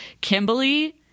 kimberly